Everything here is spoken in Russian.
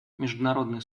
международный